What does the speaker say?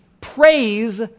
praise